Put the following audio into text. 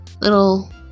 little